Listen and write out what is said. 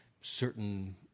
certain